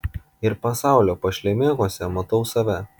ir pasaulio pašlemėkuose matau save